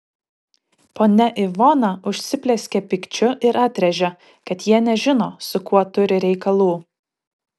ponia ivona užsiplieskė pykčiu ir atrėžė kad jie nežino su kuo turi reikalų